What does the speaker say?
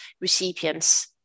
recipients